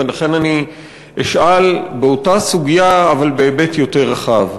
ולכן אני אשאל באותה סוגיה אבל בהיבט יותר רחב,